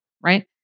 right